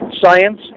science